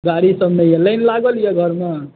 गाड़ी सभ नहि यऽ लाइन लागल यऽ घरमे